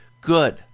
good